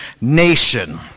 nation